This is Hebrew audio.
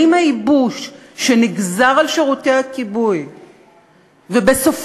האם הייבוש שנגזר על שירותי הכיבוי ובסופו